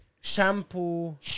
Shampoo